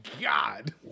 god